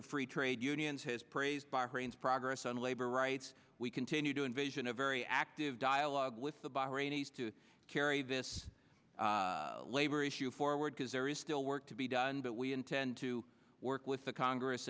of free trade unions has praised bahrain's progress on labor rights we continue to envision a very active dialogue with the bahraini is to carry this labor issue forward because there is still work to be done but we intend to work with the congress